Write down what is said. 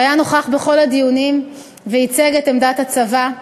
שהיה נוכח בכל הדיונים וייצג את עמדת הצבא,